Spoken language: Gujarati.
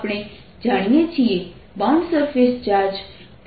આપણે જાણીએ છીએ બાઉન્ડ સરફેસ ચાર્જ P